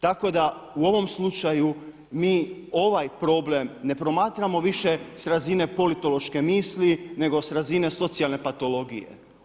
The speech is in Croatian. Tako da u ovom slučaju mi ovaj problem ne promatramo više sa razine politološke misli nego sa razine socijalne patologije.